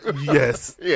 Yes